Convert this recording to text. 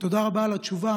תודה רבה על התשובה.